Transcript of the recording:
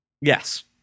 Yes